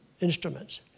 instruments